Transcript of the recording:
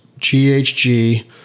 ghg